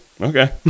okay